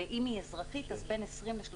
אם היא אזרחית אז בין 20%-35%,